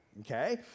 Okay